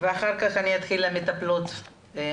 לומר לכם שהיה לנו פה עוד שותף אמיתי לאורך כל הדיונים,